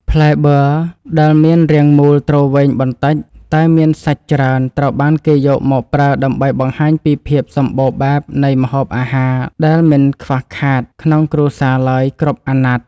ផ្លែប័រដែលមានរាងមូលទ្រវែងបន្តិចតែមានសាច់ច្រើនត្រូវបានគេយកមកប្រើដើម្បីបង្ហាញពីភាពសម្បូរបែបនៃម្ហូបអាហារដែលមិនខ្វះខាតក្នុងគ្រួសារឡើយគ្រប់អាណត្តិ។